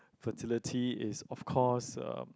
fertility is of course um